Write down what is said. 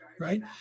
Right